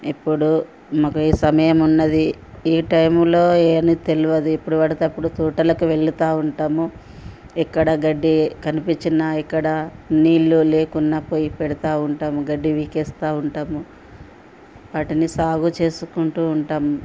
ఇప్పుడు మాకు ఈ సమయం ఉన్నది ఈ టైములో ఏమి తెలియదు ఏప్పుడు పడితే అప్పుడు తోటలకు వెళ్తూ ఉంటాము ఎక్కడ గడ్డి కనిపించిన ఎక్కడ నీళ్ళు లేకున్నా పోయి పెడుతూ ఉంటాము గడ్డి పీకేస్తూ ఉంటాము వాటిని సాగు చేసుకుంటూ ఉంటాం